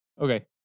okay